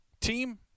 team